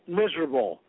miserable